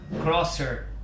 crosser